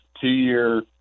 two-year